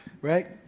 right